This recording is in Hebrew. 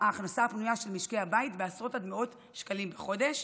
ההכנסה הפנויה של משקי הבית בעשרות עד מאות שקלים בחודש.